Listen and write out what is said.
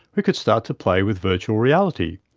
we could start to play with virtual reality.